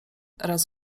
raz